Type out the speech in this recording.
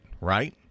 right